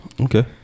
okay